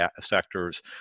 sectors